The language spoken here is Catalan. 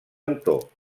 autor